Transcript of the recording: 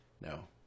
No